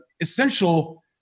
essential